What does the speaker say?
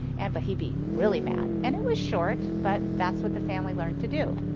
and but he'd be really mad. and it was short but that's what the family learned to do.